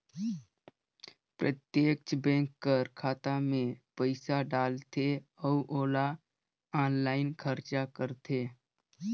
प्रत्यक्छ बेंक कर खाता में पइसा डालथे अउ ओला आनलाईन खरचा करथे